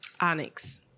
Onyx